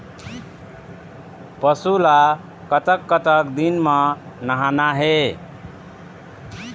पशु ला कतक कतक दिन म नहाना हे?